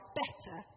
better